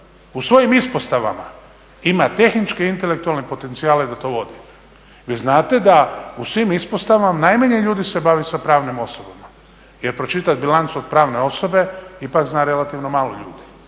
u svojim ispostavama ima tehničke i intelektualne potencijale da to vodi? Vi znate da u svim ispostavama najmanji ljudi se bave sa pravnim osobama jer pročitati bilancu od pravne osobe ipak zna relativno malo ljudi.